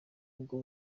ubwo